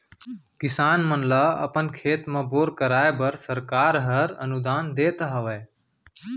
किसान मन ल अपन खेत म बोर कराए बर सरकार हर अनुदान देत हावय